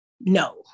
no